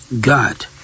God